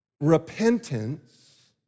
Repentance